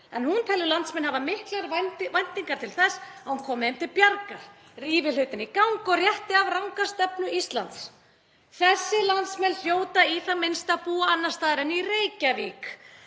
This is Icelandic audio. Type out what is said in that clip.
en hún telur landsmenn hafa miklar væntingar til þess að hún komi þeim til bjargar, rífi hlutina í gang og rétti af ranga stefnu Íslands. Þessir landsmenn hljóta í það minnsta að búa annars staðar en í Reykjavík.